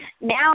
Now